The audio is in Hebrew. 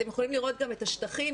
אתם יכולים לראות גם את השטחים.